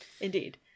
indeed